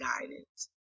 guidance